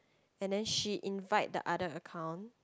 and then she invite the other account